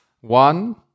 One